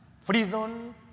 freedom